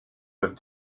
with